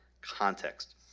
context